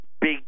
big